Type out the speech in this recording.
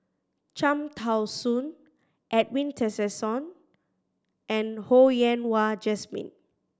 Cham Tao Soon Edwin Tessensohn and Ho Yen Wah Jesmine